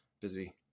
busy